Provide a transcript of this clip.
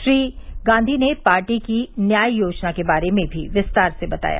श्री गांधी ने पार्टी की न्याय योजना के बारे में भी विस्तार से बताया